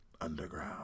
Underground